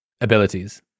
abilities